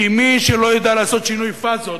כי מי שלא ידע לעשות שינוי פאזות,